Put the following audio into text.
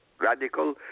radical